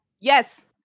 Yes